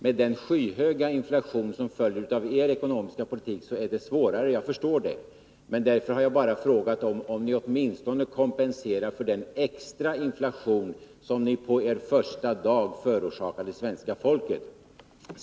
Med den skyhöga inflation som följer av er ekonomiska politik är det svårare — det förstår jag. Därför har jag frågat om ni åtminstone skall kompensera för den extra inflation som ni på er första dag förorsakade svenska folket.